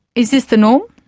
is this the norm?